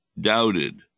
doubted